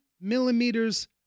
millimeters